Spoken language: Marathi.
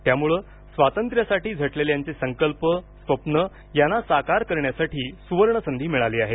त्यामुळे स्वातंत्र्यासाठी झटलेल्यांचे संकल्प स्वप्नं यांना साकार करण्यासाठी सुवर्णसंधी मिळाली आहे